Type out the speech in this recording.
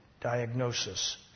diagnosis